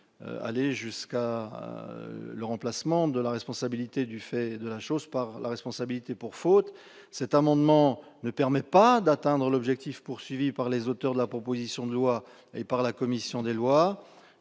aller jusqu'au remplacement de la responsabilité du fait des choses par la responsabilité pour faute. Cet amendement ne permet pas d'atteindre l'objectif des auteurs de la proposition de loi et de la commission des lois,